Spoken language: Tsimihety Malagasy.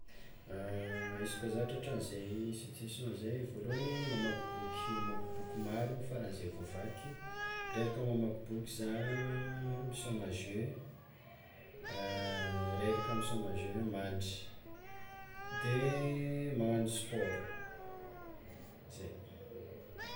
Izy koa zah tratran'izay situation zay, voalohany mamaky boky, mamaky boky maro faran'izay voavaky, reraka mamaky boky zah misaoma jeu, reraka misaoma jeu mandry de magnagno sport, zay.